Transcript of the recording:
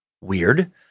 Weird